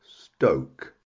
stoke